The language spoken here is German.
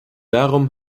darum